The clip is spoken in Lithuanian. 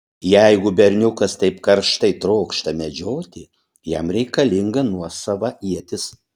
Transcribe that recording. jeigu berniukas taip karštai trokšta medžioti jam reikalinga nuosava ietis